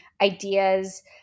ideas